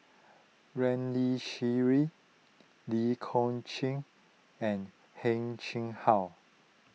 Ramli Sarip Lee Kong Chian and Heng Chee How